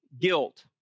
guilt